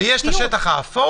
וגם יש את התחום האפור,